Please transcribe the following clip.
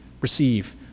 receive